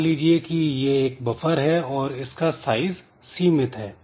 मान लीजिए कि यह एक बफर है और इसका साइज सीमित है